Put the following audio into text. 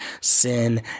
sin